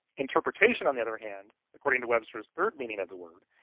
interpretation, on the other hand, according to webster's third meaning of the word,